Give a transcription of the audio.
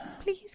Please